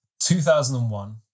2001